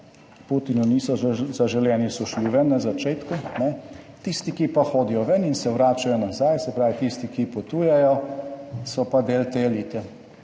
Putinu, niso zaželeni, so šli ven na začetku, ne, tisti, ki pa hodijo ven in se vračajo nazaj, se pravi, tisti, ki potujejo, so pa del te elite.